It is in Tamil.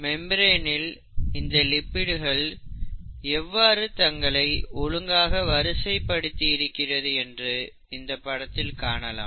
மெம்பிரேனில் இந்த லிப்பிடுகள் எவ்வாறு தங்களை ஒழுங்காக வரிசை படுத்தி இருக்கிறது என்று இந்த படத்தில் காணலாம்